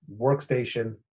workstation